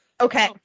Okay